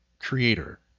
creator